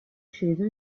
sceso